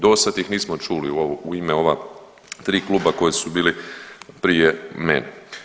Dosad ih nismo čuli u ime ova tri kluba koja su bili prije mene.